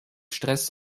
stress